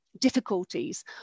difficulties